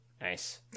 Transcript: nice